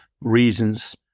reasons